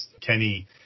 Kenny